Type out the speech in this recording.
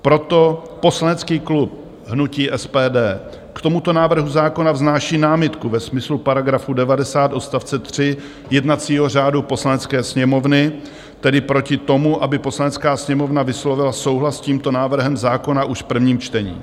Proto poslanecký klub hnutí SPD k tomuto návrhu zákona vznáší námitku ve smyslu § 90 odst. 3 jednacího řádu Poslanecké sněmovny, tedy proti tomu, aby Poslanecká sněmovna vyslovila souhlas s tímto návrhem zákona už v prvním čtení.